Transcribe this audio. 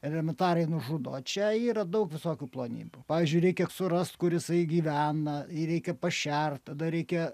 elementariai nužudo čia yra daug visokių plonybių pavyzdžiui reikia surast kur jisai gyvena jį reikia pašert tada reikia